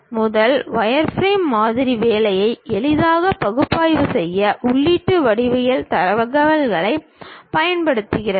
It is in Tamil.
முதல் வயர்ஃப்ரேம் மாதிரி வேலையை எளிதாக பகுப்பாய்வு செய்ய உள்ளீட்டு வடிவியல் தரவுகளாகப் பயன்படுத்தப்படுகிறது